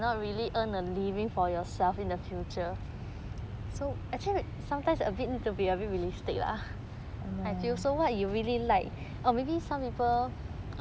ya lor